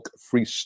Free